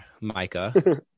Micah